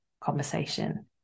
conversation